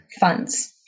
funds